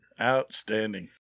Outstanding